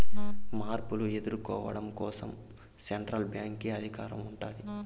మార్పులు ఎదుర్కోవడం కోసం సెంట్రల్ బ్యాంక్ కి అధికారం ఉంటాది